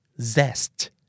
Zest